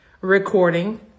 recording